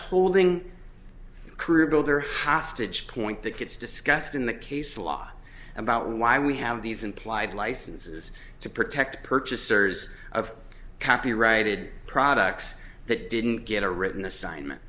holding career builder hostage point that gets discussed in the case law about why we have these implied licenses to protect purchasers of copyrighted products that didn't get a written assignment